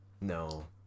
no